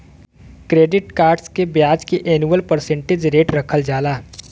credit cards के ब्याज के एनुअल परसेंटेज रेट रखल जाला